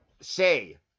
say